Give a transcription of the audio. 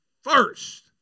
First